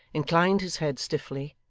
inclined his head stiffly,